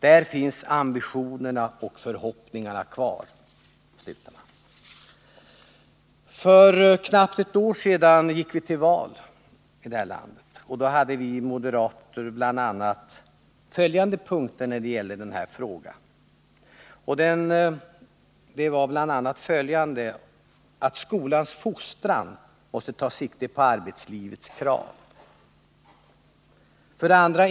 ”Där finns ambitionerna och förhoppningarna kvar.” För knappt ett år sedan gick vi till val här i landet. Då hade vi moderater bl.a. följande punkter som gällde den här frågan: 1. Skolans fostran måste ta sikte på arbetslivets krav. 2.